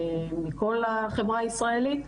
מכל החברה הישראלית.